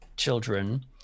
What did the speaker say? children